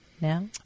now